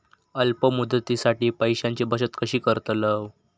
अल्प मुदतीसाठी पैशांची बचत कशी करतलव?